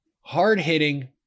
Hard-hitting